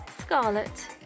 Scarlet